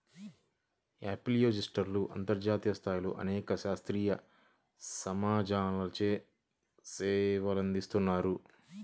అపియాలజిస్ట్లు అంతర్జాతీయ స్థాయిలో అనేక శాస్త్రీయ సమాజాలచే సేవలందిస్తున్నారు